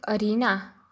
arena